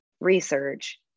research